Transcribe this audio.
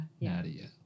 Nadia